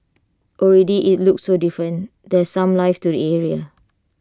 already IT looks so different there's some life to the area